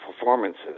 performances